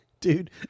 Dude